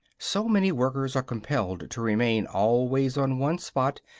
so many workers are compelled to remain always on one spot,